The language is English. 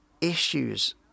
issues